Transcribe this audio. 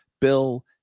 bill